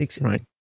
right